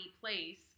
place